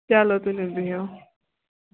چَلو تُلِو بِہِو